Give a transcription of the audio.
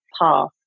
path